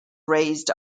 raised